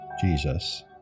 Jesus